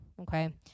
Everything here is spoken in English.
okay